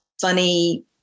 funny